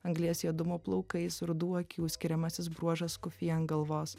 anglies juodumo plaukais rudų akių skiriamasis bruožas kufija ant galvos